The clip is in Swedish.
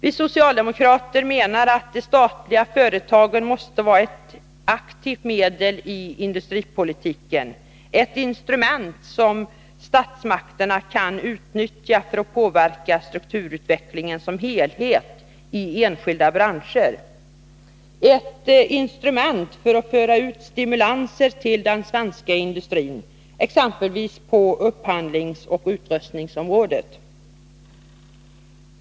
Vi socialdemokrater menar att de statliga företagen måste vara ett aktivt medel i industripolitiken, ett instrument som statsmakterna kan utnyttja för att påverka strukturutvecklingen som helhet i enskilda branscher, ett instrument för att föra ut stimulanser till den svenska industrin — exempelvis på upphandlingsoch utrustningsområdet.